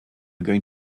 going